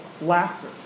laughter